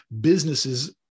businesses